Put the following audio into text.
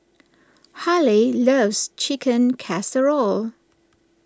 Haleigh loves Chicken Casserole